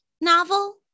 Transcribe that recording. novel